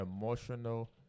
emotional